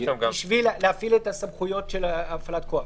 כדי להפעיל את הסמכויות של הפעלת כוח.